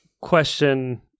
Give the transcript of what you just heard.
question